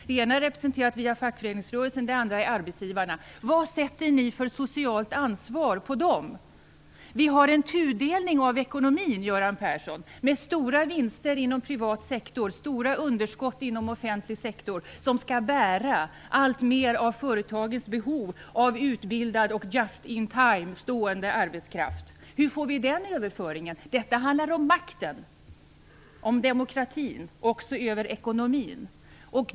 Den ena representeras av fackföreningsrörelsen, den andra är arbetsgivarna. Vad ger ni för socialt ansvar åt dem? Vi har en tudelning av ekonomin, Göran Persson, med stora vinster inom den privata sektorn och stora underskott inom den offentliga sektorn som skall bära allt mer av företagens behov av utbildad och just in time-stående arbetskraft. Hur får vi den överföringen? Detta handlar om makten och om demokratin - också inom ekonomin.